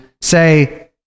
say